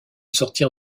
sortir